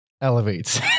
elevates